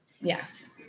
Yes